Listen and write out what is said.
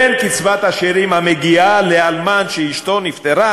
בין קצבת השאירים המגיעה לאלמן שאשתו נפטרה